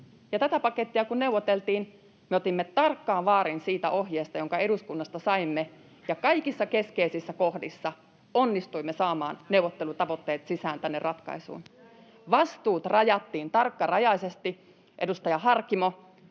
tätä pakettia neuvoteltiin, me otimme tarkkaan vaarin siitä ohjeesta, jonka eduskunnasta saimme, ja kaikissa keskeisissä kohdissa onnistuimme saamaan neuvottelutavoitteet sisään tänne ratkaisuun. [Välihuuto perussuomalaisten ryhmästä] Vastuut rajattiin tarkkarajaisesti, edustaja Harkimo.